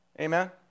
Amen